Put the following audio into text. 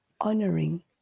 honoring